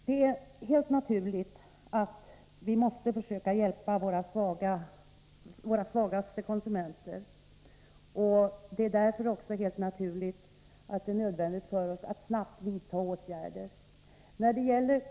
Det är helt naturligt att vi måste försöka hjälpa våra svagaste konsumenter, och det är därför också helt naturligt att det är nödvändigt för oss att snabbt vidta åtgärder.